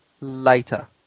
later